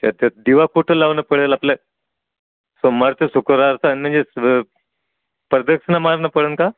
अच्छा त्या दिवा पोटं लावणं पडेल आपल्या सोमवारचं शुक्रवारचं अन म्हणजे प्रदक्षिणा मारणं पडेल का